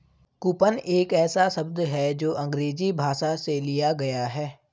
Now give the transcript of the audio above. coupon एक ऐसा शब्द है जो अंग्रेजी भाषा से लिया गया है